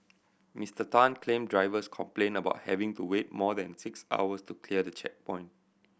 Mister Tan claimed drivers complained about having to wait more than six hours to clear the checkpoint